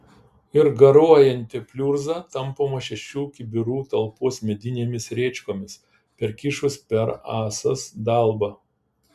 ir garuojanti pliurza tampoma šešių kibirų talpos medinėmis rėčkomis perkišus per ąsas dalbą